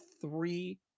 three